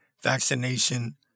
vaccination